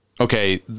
Okay